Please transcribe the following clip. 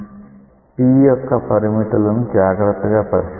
t యొక్క పరిమితులను జాగ్రత్తగా పరిశీలించండి